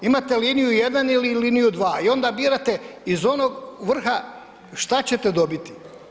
Imate liniju 1 ili liniju 2 i onda birate iz onog vrha šta ćete dobiti.